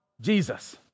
Jesus